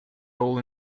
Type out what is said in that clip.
role